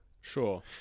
Sure